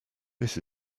this